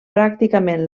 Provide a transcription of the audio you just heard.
pràcticament